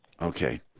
Okay